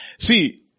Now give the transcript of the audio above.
See